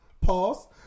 Pause